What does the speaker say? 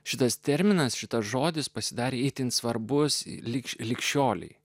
šitas terminas šitas žodis pasidarė itin svarbus ir liks lig šiolei